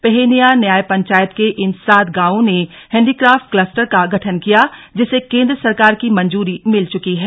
पहेनिया न्याय पंचायत के इन सात गांवों ने हैंडीक्रॉफ्ट कलस्टर का गठन किया जिसे केंद्र सरकार की मंजूरी मिल चुकी है